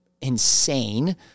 insane